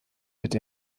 wird